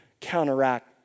counteract